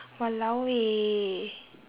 !walao! eh